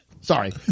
Sorry